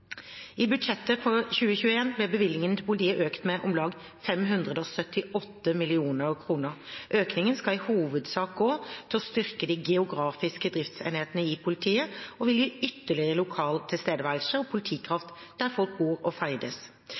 I budsjettet for 2021 ble bevilgningen til politiet økt med om lag 578 mill. kr. Økningen skal i hovedsak gå til å styrke de geografiske driftsenhetene i politiet og vil gi ytterligere lokal tilstedeværelse og politikraft der folk bor og ferdes.